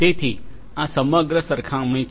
તેથી આ સમગ્ર સરખામણી છે